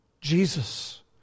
jesus